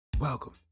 Welcome